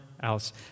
else